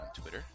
Twitter